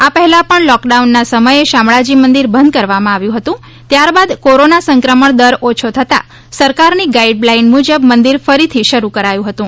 આ પહેલાં પણ લૉક ડાઉનના સમયે શામળાજી મંદિર બંધ કરવામાં આવ્યું હતું ત્યારબાદ કોરોના સંક્રમણ દર ઓછો થતાં સરકારની ગાઈડલાઈન મુજબ મંદિર ફરીથી શરૂ કરાયું હતું